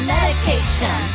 Medication